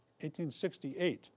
1868